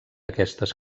aquestes